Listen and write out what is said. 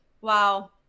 wow